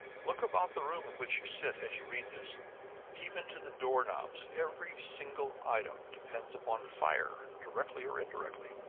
look about the room in which you sit as you read this even to the door-knobs every single item depends upon fire, directly or indirectly!